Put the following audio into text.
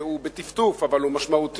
שהוא בטפטוף אבל הוא משמעותי,